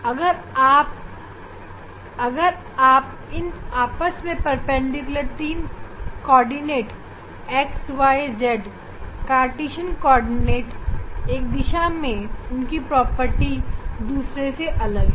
अगर आप इन आपस में परपेंडिकुलर तीन xyz काटेशन कॉर्डिनेट ले तो एक दिशा में इनकी गुण बाकी दोनों दिशाओं से अलग है